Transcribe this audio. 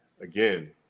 again